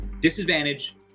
Disadvantage